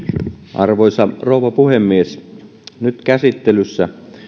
arvoisa rouva puhemies nyt käsittelyssä